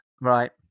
Right